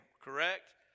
correct